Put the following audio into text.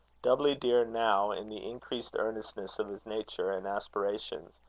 doubly dear now in the increased earnestness of his nature and aspirations,